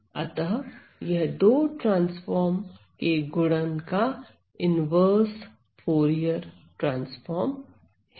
अतः यह दो ट्रांसफार्म के गुणन का इन्वर्स फूरिये ट्रांसफार्म है